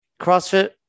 CrossFit